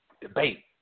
Debate